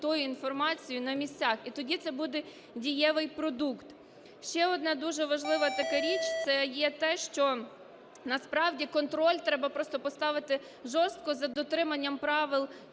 тією інформацією на місцях і тоді це буде дієвий продукт. Ще одна дуже важлива така річ - це є те, що насправді контроль треба просто поставити жорстко за дотриманням правил